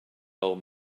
old